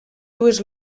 dues